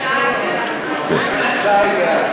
והגבלת ההוצאה התקציבית (תיקון מס'